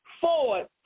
forward